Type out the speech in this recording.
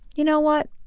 you know what?